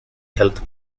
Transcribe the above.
health